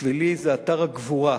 אם זה אדמת מדינה,